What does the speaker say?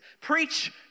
Preach